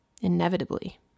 inevitably